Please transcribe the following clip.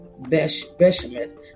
Beshemeth